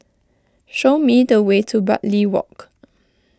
show me the way to Bartley Walk